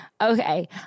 Okay